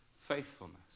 faithfulness